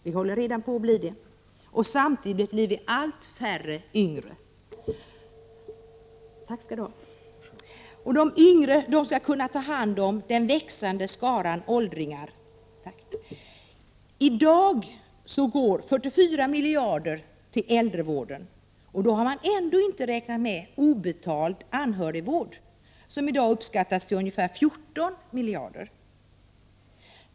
Vi håller redan på att bli det. Samtidigt blir vi allt färre yngre, som kan ta hand om den växande skaran åldringar. I dag går 44 miljarder kronor till äldrevården, och då har man ändå inte räknat med obetald anhörigvård, som i dag uppskattas till ungefär 14 miljarder.